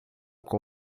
com